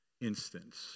instance